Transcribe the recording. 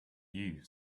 you